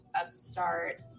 Upstart